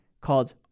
called